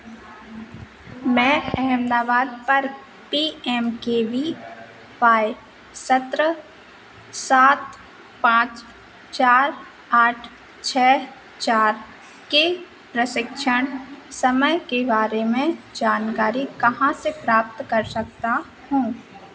मैं अहमदाबाद पर P M K V Y सत्र सात पाँच चार आठ छः चार के प्रशिक्षण समय के बारे में जानकारी कहाँ से प्राप्त कर सकता हूँ